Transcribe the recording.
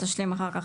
תשלים אחר כך.